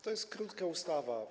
To jest krótka ustawa.